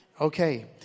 Okay